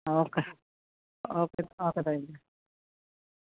okay okay okay thank you